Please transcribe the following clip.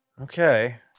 Okay